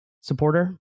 supporter